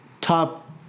top